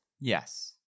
Yes